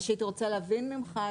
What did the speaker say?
מה שהייתי רוצה להבין ממך,